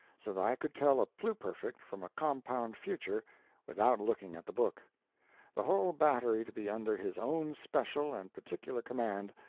so that i could tell a pluperfect from a compound future without looking at the book the whole battery to be under his own special and particular command,